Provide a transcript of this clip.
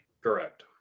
Correct